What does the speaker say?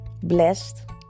blessed